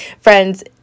friends